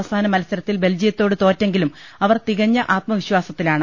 അവസാന മത്സരത്തിൽ ബെൽജിയത്തോട് തോറ്റെങ്കിലും അവർ തികഞ്ഞ ആത്മവിശ്വാസത്തിലാണ്